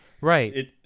Right